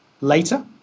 later